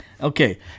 Okay